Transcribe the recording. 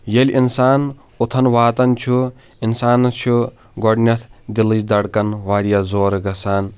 ییٚلہِ انسان اوٚتَن واتان چھُ انسانَس چھُ گۄڈنٮ۪تھ دِلٕچ دَڈکَن واریاہ زورٕ گَژھان